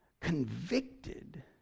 convicted